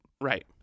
Right